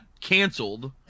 canceled